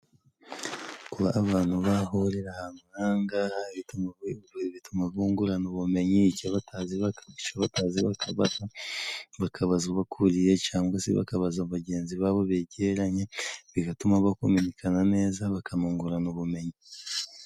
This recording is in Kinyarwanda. Kuba abantu bahurira ahantu nk'ahangaha bituma bungurana ubumenyi, icyo batazi bakabaza bakabaza ubakuriye cangwa se bakabaza bagenzi babo begeranye, bigatuma bakominikana neza bakanungurana ubumenyi.